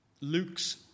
Luke's